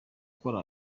akora